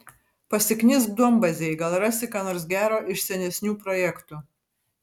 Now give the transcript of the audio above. pasiknisk duombazėj gal rasi ką nors gero iš senesnių projektų